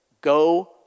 Go